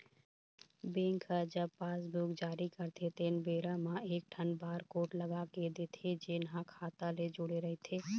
bank ह जब passbook जारी करथे तेन बेरा म एकठन बारकोड लगा के देथे जेन ह खाता ले जुड़े रहिथे